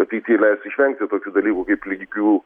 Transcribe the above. ateity leis išvengti tokių dalykų kaip lygių